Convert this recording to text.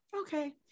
okay